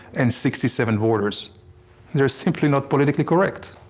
and sixty seven borders they're simply not politically correct.